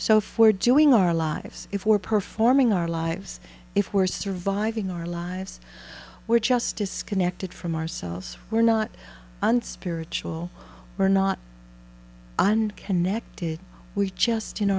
so for doing our lives if we're performing our lives if we're surviving our lives we're just disconnected from ourselves we're not unspiritual we're not and connected we just